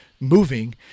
Moving